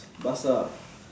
Barca ah